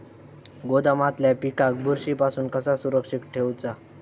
गोदामातल्या पिकाक बुरशी पासून कसा सुरक्षित ठेऊचा?